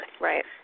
Right